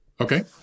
Okay